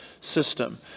system